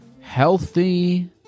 healthy